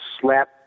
slap